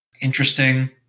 interesting